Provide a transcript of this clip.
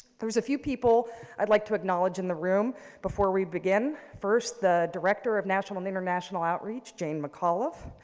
there's a few people i'd like to acknowledge in the room before we begin. first, the director of national and international outreach, jane mcauliffe.